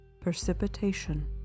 precipitation